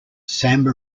samba